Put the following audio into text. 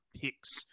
picks